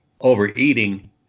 overeating